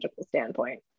standpoint